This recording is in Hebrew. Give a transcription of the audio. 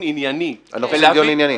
ענייני --- אנחנו עושים דיון ענייני.